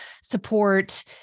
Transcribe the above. support